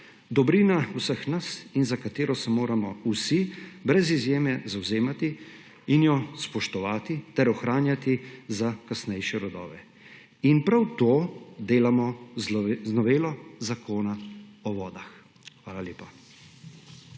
dobrina vseh nas in za katero se moramo vsi, brez izjeme, zavzemati in jo spoštovati ter ohranjati za kasnejše rodove. In prav to delamo z novelo Zakona o vodah. Hvala lepa.